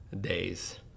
days